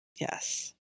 Yes